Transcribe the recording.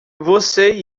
você